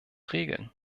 regeln